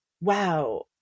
wow